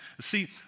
see